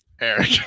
Eric